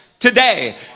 Today